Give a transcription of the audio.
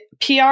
PR